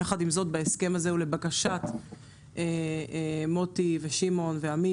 יחד עם זאת ההסכם הזה הוא לבקשת מוטי ושמעון ועמית,